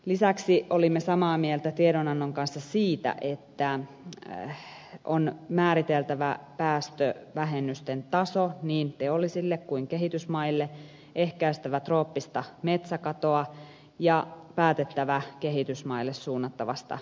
lisäksi olimme samaa mieltä tiedonannon kanssa siitä että on määriteltävä päästövähennysten taso niin teollisille kuin kehitysmaillekin ehkäistävä trooppista metsäkatoa ja päätettävä kehitysmaille suunnattavasta tuesta